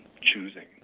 choosing